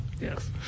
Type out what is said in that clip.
Yes